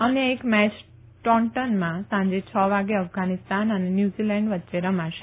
અન્ય એક મેચ ટોન્ટનમાં સાંજે છ વાગે અફઘાનીસ્તાન અને ન્યુઝીલેન્ડ વચ્ચે રમાશે